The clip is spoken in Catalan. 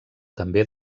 també